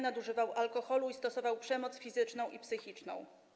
Nadużywał alkoholu i stosował przemoc fizyczną i psychiczną.